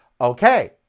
okay